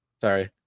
sorry